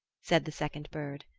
said the second bird.